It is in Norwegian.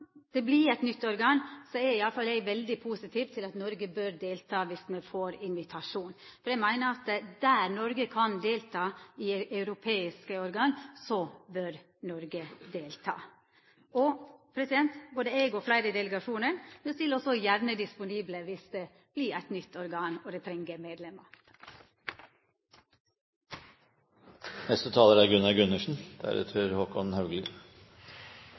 det vert oppretta eit nytt organ, er i alle fall eg veldig positiv til at Noreg bør delta, dersom me får invitasjon. Eg meiner at der Noreg kan delta i europeiske organ, bør Noreg delta. Og: Både eg og fleire i delegasjonen stiller oss gjerne til disposisjon dersom det vert eit nytt organ og det treng